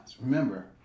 Remember